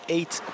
Eight